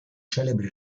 celebri